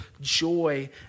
joy